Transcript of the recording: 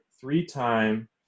three-time